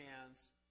hands